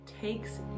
takes